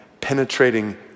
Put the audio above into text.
penetrating